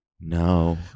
no